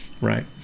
right